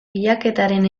bilaketaren